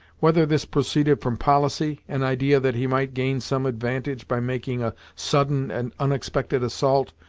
whether this proceeded from policy, an idea that he might gain some advantage by making a sudden and unexpected assault,